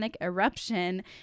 eruption